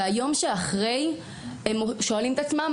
והיום שאחרי הם שואלים את עצמם,